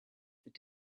that